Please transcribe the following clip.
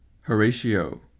Horatio